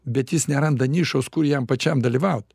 bet jis neranda nišos kur jam pačiam dalyvauti